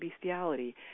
bestiality